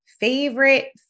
favorite